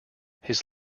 his